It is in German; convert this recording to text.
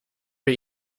wir